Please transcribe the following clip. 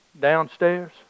downstairs